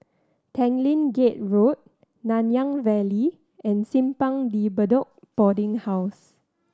Tanglin Gate Road Nanyang Valley and Simpang De Bedok Boarding House